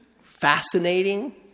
Fascinating